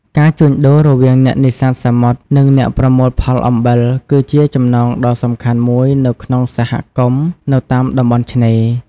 ការជួញដូររវាងអ្នកនេសាទសមុទ្រ និងអ្នកប្រមូលផលអំបិល គឺជាចំណងដ៏សំខាន់មួយនៅក្នុងសហគមន៍នៅតាមតំបន់ឆ្នេរ។